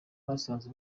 basanze